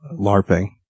LARPing